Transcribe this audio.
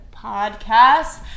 podcast